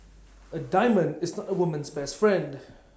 A diamond is not A woman's best friend